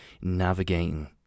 navigating